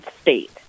state